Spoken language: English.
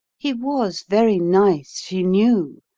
he was very nice, she knew,